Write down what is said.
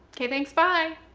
ok, thanks, bye!